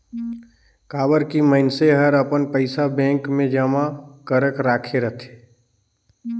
काबर की मइनसे हर अपन पइसा बेंक मे जमा करक राखे रथे